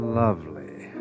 lovely